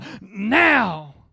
now